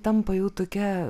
tampa jau tokia